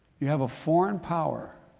you have a foreign power